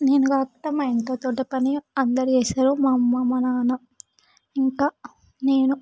నేను కాకుండా మా ఇంట్లో తోట పని అందరూ చేస్తారు మా అమ్మ మా నాన్న ఇంకా నేను